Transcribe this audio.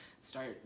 Start